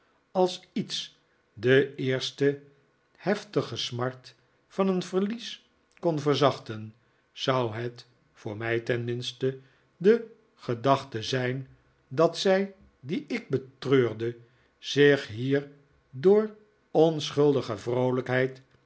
als iets de eerste heftige smart van een verlies kon verzachten zou het voor mij tenminste de gedachte zijn dat zij die ik betreurde zich hier door onschuldige vroolijkheid